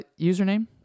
Username